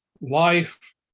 life